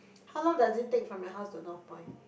how long does it take from your house to Northpoint